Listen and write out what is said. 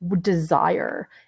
desire